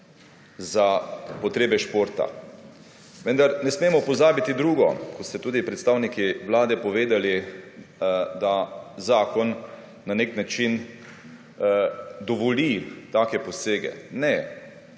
za potrebe športa. Vendar ne smemo pozabiti drugo, kot ste tudi predstavniki Vlade povedali, da zakon na nek način dovoli take posege. Ne,